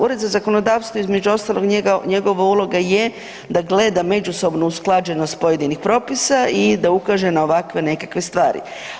Ured za zakonodavstvo između ostalog njegova uloga je da gleda međusobnu usklađenost pojedinih propisa i da ukaže na ovakve nekakve stvari.